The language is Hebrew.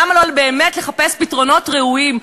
למה לא באמת לחפש פתרונות ראויים,